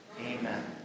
Amen